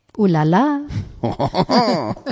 Ooh-la-la